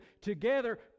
together